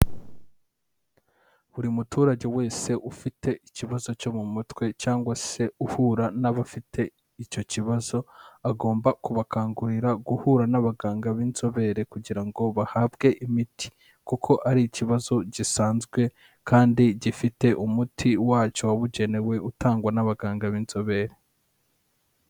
Buri muturage wese ufite ikibazo cyo mu mutwe cyangwa se uhura n'abafite icyo kibazo agomba kubakangurira guhura n'abaganga b'inzobere kugira ngo bahabwe imiti kuko ari ikibazo gisanzwe kandi gifite umuti wacyo wabugenewe utangwa n'abaganga b'inzobere.